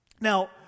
Now